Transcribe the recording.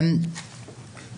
אז